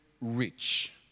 rich